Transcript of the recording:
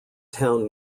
town